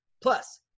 Plus